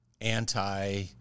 anti